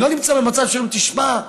אני לא נמצא במצב שבו אומרים לי: תשמע,